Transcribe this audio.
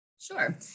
Sure